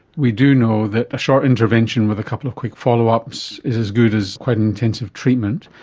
we do know that a short intervention with a couple of quick follow-ups is as good as quite intensive treatment.